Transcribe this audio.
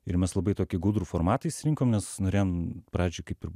ir mes labai tokį gudrų formatą išsirinkom nes norėjom pradžioj kaip ir